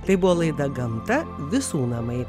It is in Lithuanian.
tai buvo laida gamta visų namai